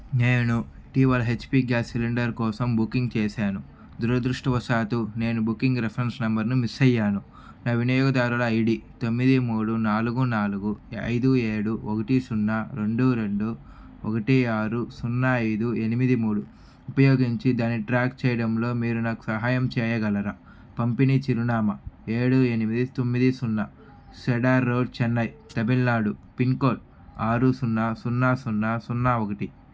నేను ఇటీవల HP gas cylinder కోసం బుకింగ్ చేశాను దురదృష్టవశాత్తు నేను బుకింగ్ రిఫరెన్స్ నంబర్ను మిస్సయ్యాను నా వినియోగదారుల ఐడి తొమ్మిది మూడు నాలుగు నాలుగు ఐదు ఏడు ఒకటి సున్నా రెండు రెండు ఒకటి ఆరు సున్నా ఐదు ఎనిమిది మూడు ఉపయోగించి దాన్ని ట్రాక్ చెయ్యడంలో మీరు నాకు సహాయం చెయ్యగలరా పంపిణీ చిరునామా ఏడు ఎనిమిది తొమ్మిది సున్నా cedar road Chennai Tamil Nadu pin code ఆరు సున్నా సున్నా సున్నా సున్నా ఒకటి